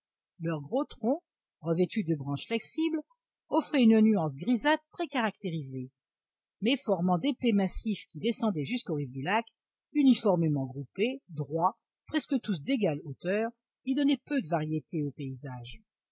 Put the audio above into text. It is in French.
leurs gros troncs revêtus de branches flexibles offraient une nuance grisâtre très caractérisée mais formant d'épais massifs qui descendaient jusqu'aux rives du lac uniformément groupés droits presque tous d'égale hauteur ils donnaient peu de variété au paysage